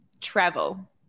travel